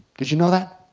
did you know that?